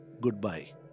goodbye